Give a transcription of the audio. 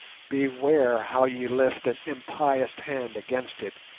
beware how ye lift an impious hand against it!